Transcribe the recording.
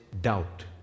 doubt